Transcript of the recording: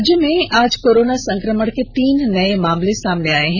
राज्य में आज कोरोना संक्रमण के तीन नए मामले सामने आए हैं